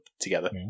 together